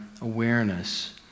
awareness